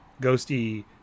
ghosty